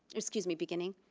excuse me, beginning,